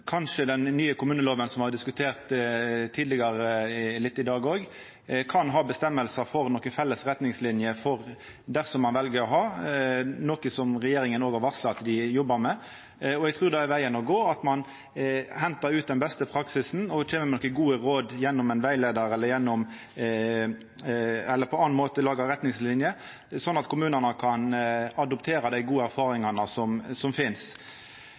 den nye kommunelova, som me har diskutert litt tidlegare i dag òg, kanskje kan ha lovføresegner og nokre felles retningslinjer for ungdomsråd – dersom ein vel å ha det – noko som regjeringa har varsla at ho jobbar med. Eg trur det er vegen å gå, at ein hentar ut den beste praksisen og kjem med nokre gode råd gjennom ein rettleiar, eller at ein på annan måte lagar retningslinjer, sånn at kommunane kan adoptera dei gode erfaringane som